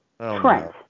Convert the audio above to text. Trent